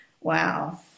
Wow